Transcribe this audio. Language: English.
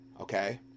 okay